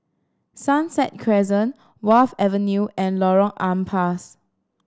Sunset Crescent Wharf Avenue and Lorong Ampas